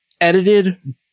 edited